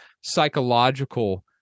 psychological